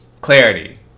clarity